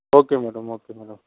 okay madam okay madam